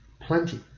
plenty